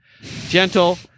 gentle